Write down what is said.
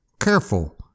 careful